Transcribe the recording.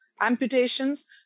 amputations